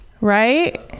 Right